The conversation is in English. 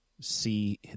see